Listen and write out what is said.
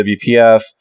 WPF